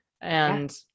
and-